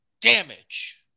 damage